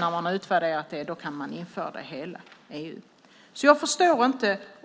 När man har utvärderat det kan man införa det i hela EU. Jag förstår inte hur man menar.